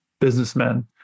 businessmen